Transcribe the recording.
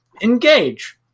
engage